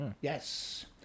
Yes